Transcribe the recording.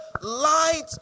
light